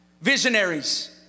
visionaries